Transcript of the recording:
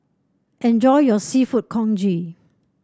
enjoy your seafood Congee